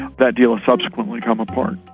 that deal subsequently came apart.